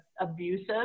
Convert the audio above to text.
abusive